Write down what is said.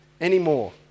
anymore